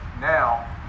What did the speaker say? now